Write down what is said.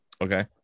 Okay